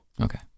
Okay